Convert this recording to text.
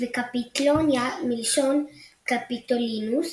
ו"קפיטולינה" מלשון קפיטולינוס,